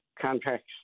contracts